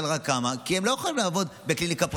רק כמה כי הם לא יכולים לעבוד בקליניקה פרטית,